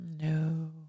no